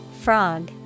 Frog